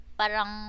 parang